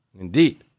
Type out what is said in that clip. Indeed